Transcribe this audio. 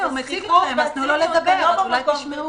אז הזלזול והציניות הם לא במקום,